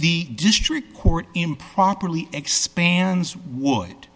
the district court improperly expands would